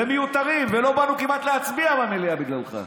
ומיותרים, ולא באנו כמעט להצביע במליאה בגללך.